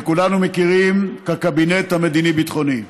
שכולנו מכירים כקבינט המדיני-ביטחוני.